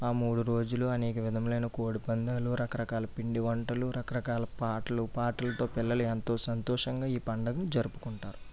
ఆ మూడు రోజులు అనేక విధాలైన కోడిపందాలు రకరకాల పిండి వంటలు రకరకాల పాటలు పాటలతో పిల్లలు ఎంతో సంతోషంగా ఈ పండగను జరుపుకుంటారు